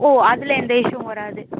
ஓ அதில் எந்த இஸ்ஸுவும் வராது